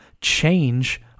change